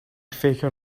faker